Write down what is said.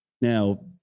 Now